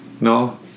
no